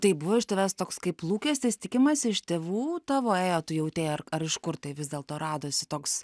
tai buvo iš tavęs toks kaip lūkestis tikimasi iš tėvų tavo ėjo tu jautei ar ar iš kur tai vis dėlto radosi toks